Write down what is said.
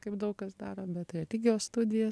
kaip daug kas daro bet religijos studijas